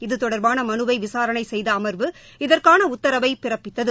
இது தொடர்பான மனுவை விசாரணை செய்த அமர்வு இதற்கான உத்தரவை பிறப்பித்தது